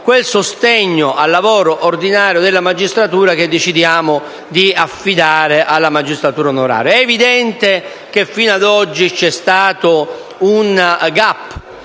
È evidente che, fino ad oggi, c'è stato un *gap*